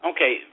Okay